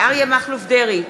אריה מכלוף דרעי,